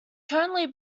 currently